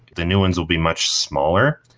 the new ones will be much smaller,